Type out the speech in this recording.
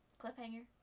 Cliffhanger